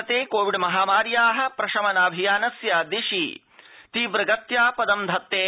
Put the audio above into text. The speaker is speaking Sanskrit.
भारतं कोविड़ महामार्याः प्रशमनाभियानस्य दिशि तीव्रगत्या पदं धत्ते